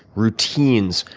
routines,